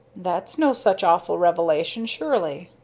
that's no such awful revelation, surely!